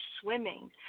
swimming